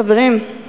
חברים,